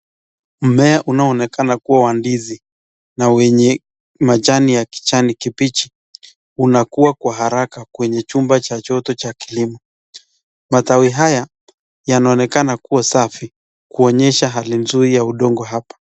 Mmea unaooneakana kuwa wa ndizi na wenye majani ya kijanikibichi unakua kwa haraka kwenye chumba cha joto cha kilimo, matawi haya yaonekana kuwa safi kuonyesha hali mzuri ya udongo hapa.